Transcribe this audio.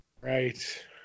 Right